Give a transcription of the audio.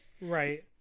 Right